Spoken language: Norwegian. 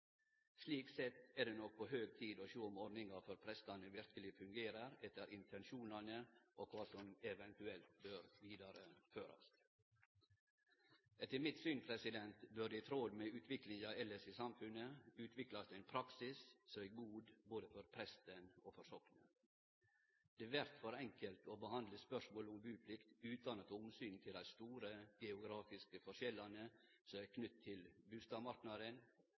Slik sett er det nok på høg tid å sjå på om ordninga for prestane verkeleg fungerer etter intensjonane, og kva som eventuelt bør vidareførast. Etter mitt syn bør det, i tråd med utviklinga elles i samfunnet, utviklast ein praksis som er god både for presten og for soknet. Det vert for enkelt å behandle spørsmålet om buplikt utan å ta omsyn til dei store geografiske forskjellane knytte til bustadmarknaden, bustadprisar, bustadstandard og rekruttering til